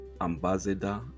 ambassador